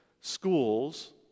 schools